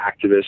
activists